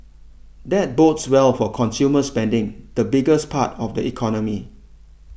that bodes well for consumer spending the biggest part of the economy